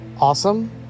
awesome